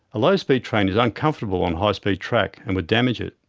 a low speed train is uncomfortable on high speed track, and would damage it.